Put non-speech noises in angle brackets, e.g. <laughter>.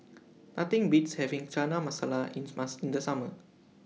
Nothing Beats having Chana Masala <unintelligible> in The Summer